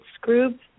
group